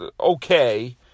okay